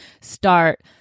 start